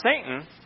Satan